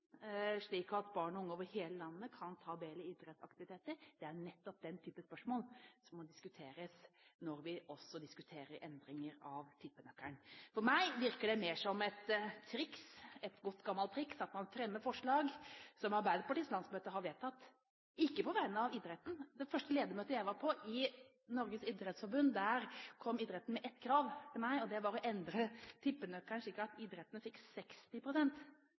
unge over hele landet kan ta del i idrettsaktiviteter. Det er nettopp den type spørsmål som må diskuteres når vi også diskuterer endringer i tippenøkkelen. For meg virker det mer som et godt, gammelt triks at man fremmer forslag som Arbeiderpartiets landsmøte har vedtatt – ikke på vegne av idretten. På det første ledermøte jeg var på i Norges idrettsforbund, kom idretten med ett krav til meg, og det var å endre tippenøkkelen slik at idretten fikk